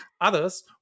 Others